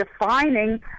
defining